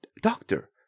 Doctor